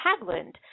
Haglund